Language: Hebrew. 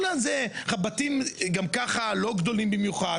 הבתים גם ככה לא גדולים במיוחד.